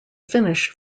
finish